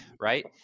right